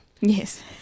Yes